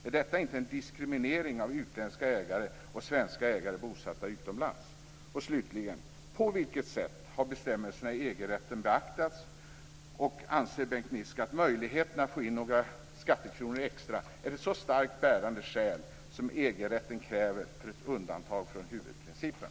Är inte detta en diskriminering av utländska ägare och svenska ägare bosatta utomlands? Och slutligen för det tredje: På vilket sätt har bestämmelserna i EG-rätten beaktats, och anser Bengt Niska att möjligheten att få in några skattekronor extra är ett så starkt bärande skäl som EG-rätten kräver för ett undantag från huvudprincipen?